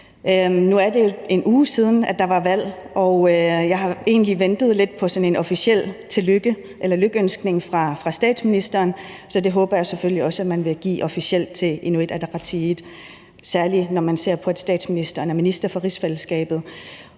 Nu er det jo en uge siden, der var valg, og jeg har egentlig ventet lidt på sådan en officiel lykønskning fra statsministeren, så det håber jeg selvfølgelig også at man vil give officielt til Inuit Ataqatigiit, særlig når vi ser på, at statsministeren er minister for rigsfællesskabet.